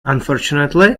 unfortunately